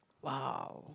!wow!